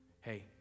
Hey